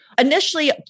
initially